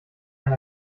ein